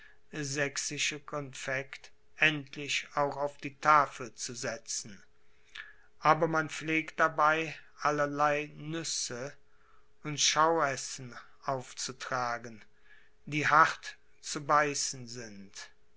sächsische confekt endlich auch auf die tafel zu setzen aber man pflegt dabei allerlei nüsse und schauessen aufzutragen die hart zu beißen sind